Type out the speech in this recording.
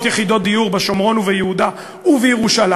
יחידות דיור בשומרון וביהודה ובירושלים.